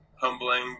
humbling